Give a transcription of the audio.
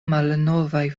malnovaj